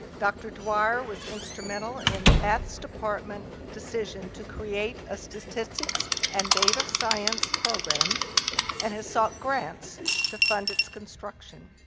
dr. dwyer was instrumental in the maths department decision to create a statistics and data science program and has sought grants to fund its construction.